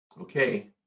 okay